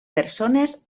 persones